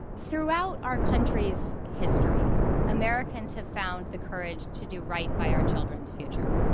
throughout our country's history americans have found the courage to do right by our children's future.